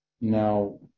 Now